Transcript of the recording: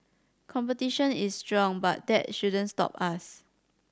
competition is strong but that shouldn't stop us